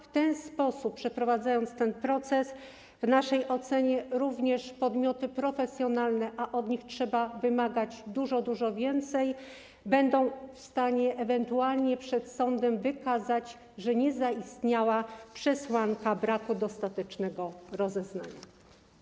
W ten sposób przeprowadzając ten proces, w naszej ocenie również podmioty profesjonalne - a od nich trzeba wymagać dużo, dużo więcej - będą w stanie ewentualnie przed sądem wykazać, że nie zaistniała przesłanka braku dostatecznego rozeznania.